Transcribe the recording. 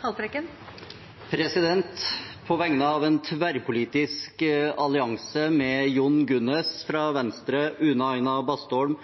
Haltbrekken vil fremsette et representantforslag. På vegne av en tverrpolitisk allianse mellom Jon Gunnes, fra Venstre, Une Bastholm, fra